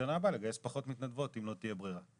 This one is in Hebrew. ושנה הבאה לגייס פחות מתנדבות אם לא תהיה ברירה.